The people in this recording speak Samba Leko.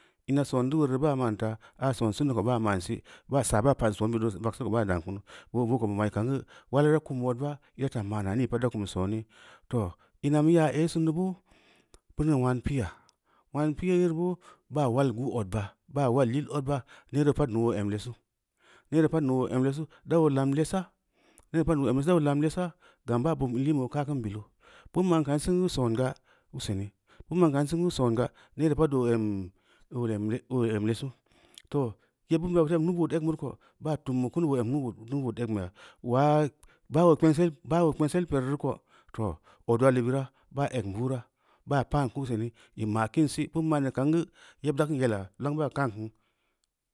Ina san deu ueureu re ban ma’n taa aa san sin neu ko baa ma’n si ba saa ban pa’n son biddu vogseu ko baa dan kunu boo ko bu ma’i kam geu mal kunu odba ira taa ma’ naa nii pad da kunu soni, too, ina mu yaa ei sin neu boo beuneu nulan pi’ya, nulam pi’ yereu boo baa wal geu odba baa wal yil odba neree pad naa oo em cesu, neree pad muu oo em lesu, da boo lam cesa neree pad nuu oo em lesu da oo lam lesa gam baa bobm ia liin beu oo ka’ kin bilu, bin ma’n kan singu songa, useni, bin ma’n kan singeu songa, neere pad oo em lesu. Too, yebbin bi baa tum bu kunu baa em nuu-bood egn beya, ulaa baa oo kpengsel pereu reu ko, too odudbe bira baa egn bura baa pan ku useni ī ma’ kim si bin ma’n neu kam geu yeb da kim yela, lang baa kam ku.